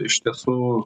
iš tiesų